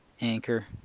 Anchor